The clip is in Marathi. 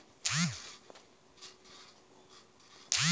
डोंगराळ भागात शिडीसारखी शेती अवलंबली जाते